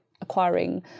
acquiring